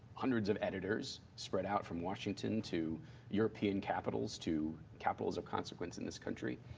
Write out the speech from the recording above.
hundreds of editors, spread out from washington to european capitols to capitols of consequence in this country.